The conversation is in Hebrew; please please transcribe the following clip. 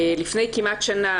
לפני כמעט שנה,